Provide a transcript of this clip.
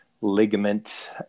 ligament